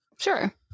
sure